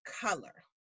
color